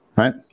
Right